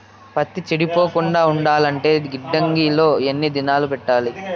పత్తి చెడిపోకుండా ఉండాలంటే గిడ్డంగి లో ఎన్ని దినాలు పెట్టాలి?